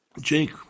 Jake